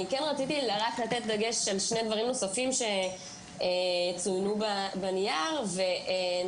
כן רציתי רק לתת דגש על שני דברים נוספים שצוינו בנייר ונוגעים